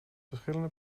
verschillende